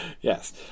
Yes